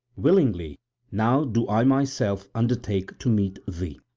willingly now do i myself undertake to meet thee.